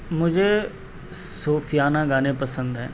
مجھے صوفیانہ گانے پسند ہیں